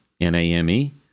N-A-M-E